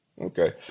okay